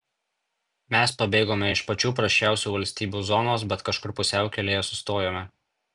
mes pabėgome iš pačių prasčiausių valstybių zonos bet kažkur pusiaukelėje sustojome